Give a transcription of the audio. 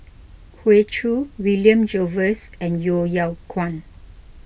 Hoey Choo William Jervois and Yeo Yeow Kwang